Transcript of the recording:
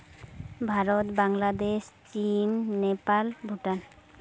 ᱵᱷᱟᱨᱚᱛ ᱵᱟᱝᱞᱟᱫᱮᱥ ᱪᱤᱱ ᱱᱮᱯᱟᱞ ᱵᱷᱩᱴᱟᱱ